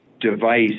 device